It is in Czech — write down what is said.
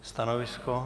Stanovisko?